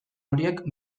horiek